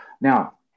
Now